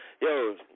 Yo